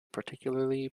particularly